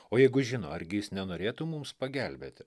o jeigu žino argi jis nenorėtų mums pagelbėti